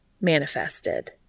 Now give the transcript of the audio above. manifested